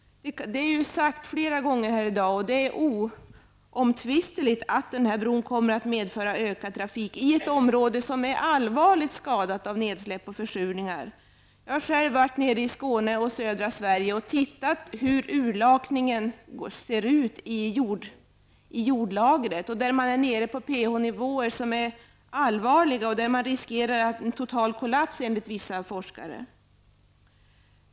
Det har sagts flera gånger i dag och det är oomtvistligt att den här bron kommer att medföra ökad trafik i ett område som är allvarligt skadat av nedsläpp och försurningar. Jag har själv varit i södra Sverige och Skåne och sett urlakningen i jordlagret. Man är där nere på pH nivåer som är mycket allvarliga, och enligt vissa forskare riskeras en total kolaps.